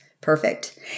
perfect